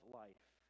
life